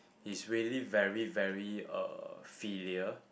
he's really very very uh filial